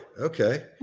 Okay